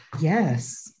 Yes